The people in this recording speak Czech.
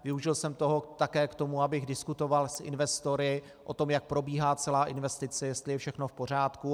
Využil jsem toho také k tomu, abych diskutoval s investory o tom, jak probíhá celá investice, jestli je všechno v pořádku.